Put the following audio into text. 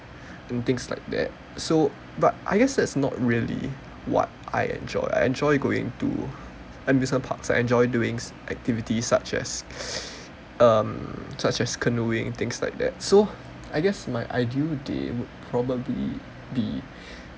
and things like that so but I guess that's not really what I enjoy I enjoy going to amusement parks I enjoy doing activities such as um such as canoeing things like that so I guess my ideal day would probably be